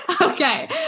Okay